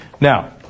Now